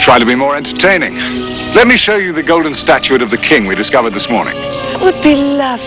try to be more into training let me show you the golden statuette of the king we discovered this morning tha